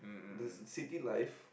the city life